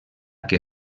que